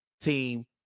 team